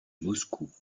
moscou